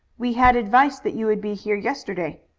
we had advice that you would be here yesterday.